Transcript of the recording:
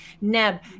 neb